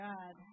God